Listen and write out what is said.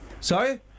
Sorry